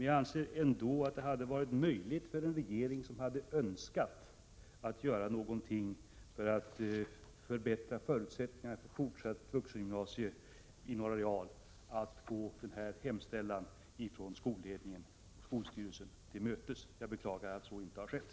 Jag anser ändå att det för en regering som hade önskat göra någonting för att förbättra förutsättningarna för fortsatt vuxengymnasium i Norra real hade varit möjligt att gå denna hemställan från skolstyrelsen till mötes. Jag beklagar att så inte har skett.